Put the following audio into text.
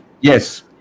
yes